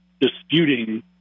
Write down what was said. disputing